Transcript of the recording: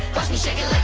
me shake it